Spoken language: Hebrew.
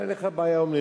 אבל אין לך בעיה היום,